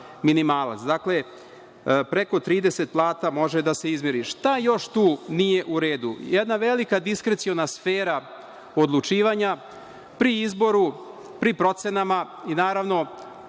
minimalac. Dakle, preko 30 plata može da se izmiri. Šta još tu nije u redu? Jedna velika diskreciona sfera odlučivanja pri izboru, pri procenama i, naravno,